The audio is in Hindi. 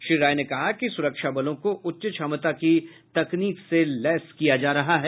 श्री राय ने कहा कि सुरक्षा बलों को उच्च क्षमता की तकनीक से लैस किया जा रहा है